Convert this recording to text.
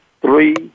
three